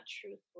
truthful